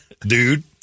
dude